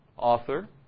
Author